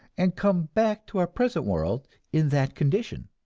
and come back to our present world in that condition,